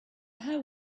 how